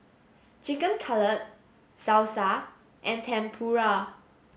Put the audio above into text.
Chicken Cutlet Salsa and Tempura